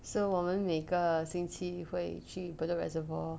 so 我们每个星期会去 bedok reservoir